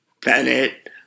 Bennett